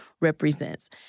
represents